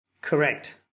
Correct